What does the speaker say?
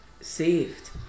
saved